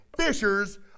fishers